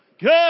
good